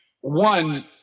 one